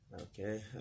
Okay